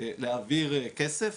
להעביר כסף,